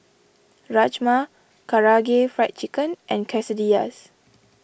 Rajma Karaage Fried Chicken and Quesadillas